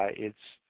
ah it's,